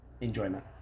enjoyment